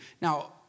Now